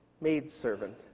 maidservant